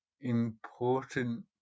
important